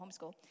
homeschool